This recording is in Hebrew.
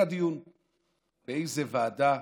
היה דיון באיזו ועדה: